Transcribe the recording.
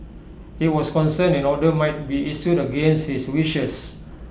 he was concerned an order might be issued against his wishes